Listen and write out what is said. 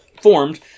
formed